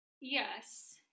yes